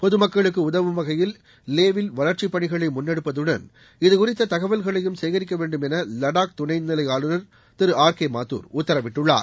பொது மக்களுக்கு உதவும் வகையில் லே வில் வளர்ச்சிப் பணிகளை முன்னெடுப்பதுடன் இது குறித்த தகவல்களையும் சேகரிக்க வேண்டும் என வடாக் துணைநிலை ஆளுநர் திரு ஆர் கே மாத்தர் உத்தரவிட்டுள்ளார்